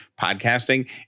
podcasting